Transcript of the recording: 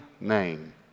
name